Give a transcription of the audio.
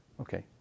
Okay